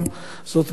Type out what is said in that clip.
זאת גם מצווה,